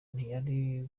ntiyari